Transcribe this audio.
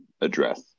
Address